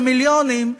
במיליונים,